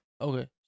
Okay